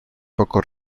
pocos